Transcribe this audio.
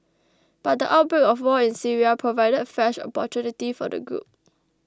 but the outbreak of wars in Syria provided fresh opportunity for the group